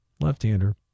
left-hander